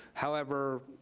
however,